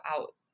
out